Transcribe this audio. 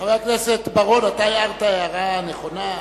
חבר הכנסת בר-און, הערת הערה נכונה.